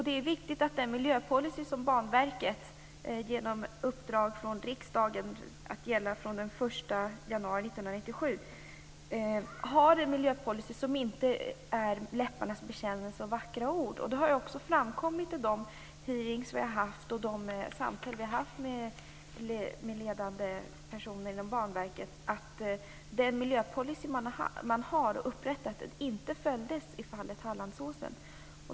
Det är viktigt att den miljöpolicy som Banverket har fått genom ett riksdagsuppdrag som gäller sedan den 1 januari 1997 inte bara är en läpparnas bekännelse och vackra ord. Det har framkommit vid de hearingar och samtal som vi har haft med ledande personer inom Banverket att den miljöpolicy som man upprättat inte följdes i fallet Hallandsåsen.